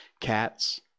Cats